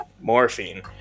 morphine